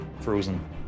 frozen